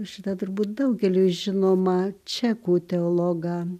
šitą turbūt daugeliui žinomą čekų teologą